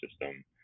system